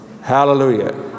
Hallelujah